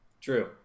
true